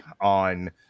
on